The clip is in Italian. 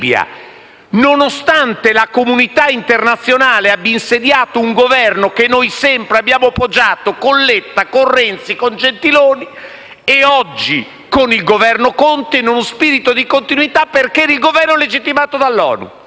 nonostante la comunità internazionale abbia insediato un Governo che noi sempre abbiamo appoggiato, con Letta, con Renzi, con Gentiloni Silveri oggi con il Governo Conte in uno spirito di continuità, perché era il Governo legittimato dall'ONU.